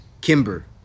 Kimber